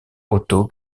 otto